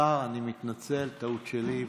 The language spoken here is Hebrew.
ישיב השר, אני מתנצל, טעות שלי,